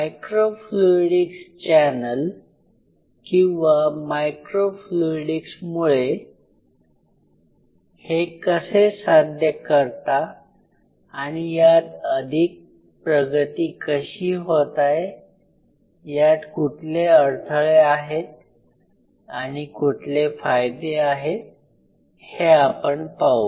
micro fluidics channel किंवा micro फ्लूइडिक्समुळे हे कसे साध्य करता आणि यात अधिक प्रगती कशी होत आहे यात कुठले अडथळे आहेत आणि कुठले फायदे आहेत हे आपण पाहू